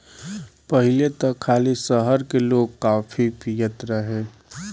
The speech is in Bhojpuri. पहिले त खाली शहर के लोगे काफी पियत रहे